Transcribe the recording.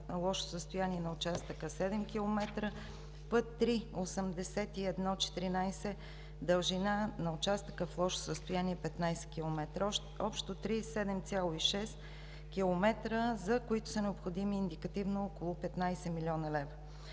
лошо състояние на участъка – 7 км; път 3.8114, дължина на участъка в лошо състояние – 15 км. Общо 37,6 км, за които са необходими индикативно около 15 млн. лв.